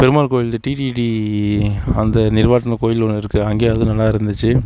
பெருமாள் கோயில் இந்த டிடிடி அந்த நிர்வாகத்தில் ஒரு கோவில் ஒன்று இருக்குது அங்கேயும் அது நல்லா இருந்துச்சு